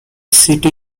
city